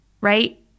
right